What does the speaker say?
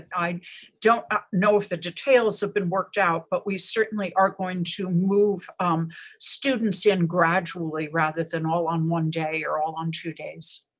and i don't know if the details have been worked out, but we certainly are going to move students in gradually rather than all on one day or all on two days.